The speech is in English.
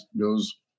goes